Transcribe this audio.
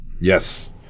Yes